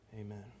Amen